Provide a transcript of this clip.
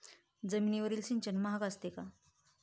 जमिनीवरील सिंचन महाग असते का?